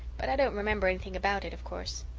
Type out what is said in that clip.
but i don't remember anything about it, of course.